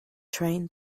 train